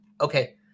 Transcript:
Okay